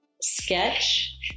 sketch